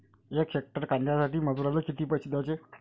यक हेक्टर कांद्यासाठी मजूराले किती पैसे द्याचे?